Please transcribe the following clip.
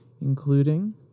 including